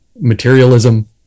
materialism